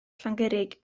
llangurig